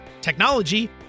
technology